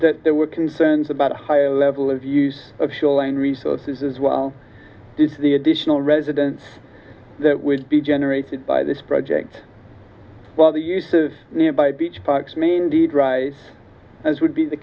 that there were concerns about a higher level of use of shoreline resources as well is the additional residence that would be generated by this project while the use of nearby beach parks may need rise as would be the